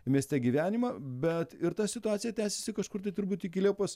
mieste gyvenimą bet ir ta situacija tęsiasi kažkur tai turbūt iki liepos